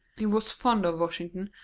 he was fond of washington,